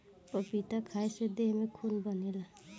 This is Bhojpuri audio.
पपीता खाए से देह में खून बनेला